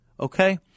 Okay